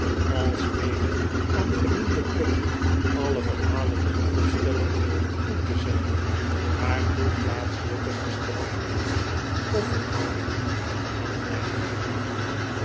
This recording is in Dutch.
alsmede aan genoemde club alle verhalen en opstellen toe te zenden waartoe plaatselijke gesteldheden of verhoudin'gen aanleiding geven